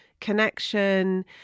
connection